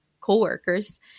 coworkers